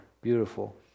beautiful